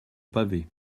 pavés